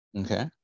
Okay